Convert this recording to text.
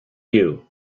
you